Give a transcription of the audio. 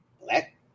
Black